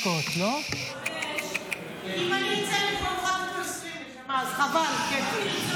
אם אני ארצה, אני יכולה לתת לו 20. חבל, קטי.